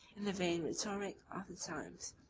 in the vain rhetoric of the times,